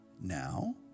now